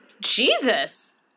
Jesus